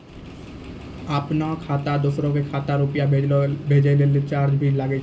आपनों खाता सें दोसरो के खाता मे रुपैया भेजै लेल चार्ज भी लागै छै?